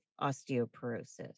osteoporosis